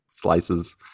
Slices